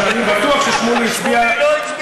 אני בטוח ששמולי הצביע, שמולי לא הצביע